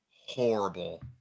horrible